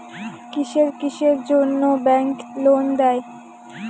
কিসের কিসের জন্যে ব্যাংক লোন দেয়?